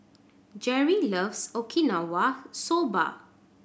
Jerry loves Okinawa Soba